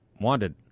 wanted